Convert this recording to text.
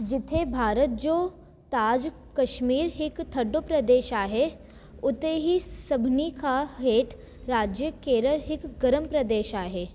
जिथे भारत जो ताज कशमीर हिकु थधो प्रदेश आहे उते ई सभिनी खां हेठि राज्य केरल हिकु गरम प्रदेश आहे